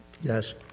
Yes